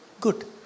good